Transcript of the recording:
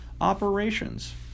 operations